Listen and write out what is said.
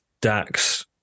Dax